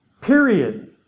period